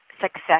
success